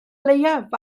leiaf